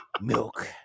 milk